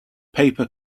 paper